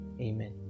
Amen